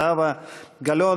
זהבה גלאון,